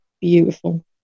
Beautiful